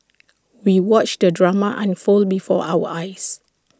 we watched the drama unfold before our eyes